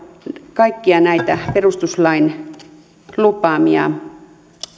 kaikkia näitä perustuslain lupaamia